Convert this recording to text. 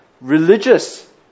religious